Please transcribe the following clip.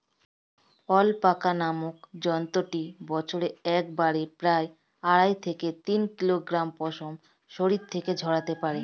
alpaca নামক জন্তুটি বছরে একবারে প্রায় আড়াই থেকে তিন কিলোগ্রাম পশম শরীর থেকে ঝরাতে পারে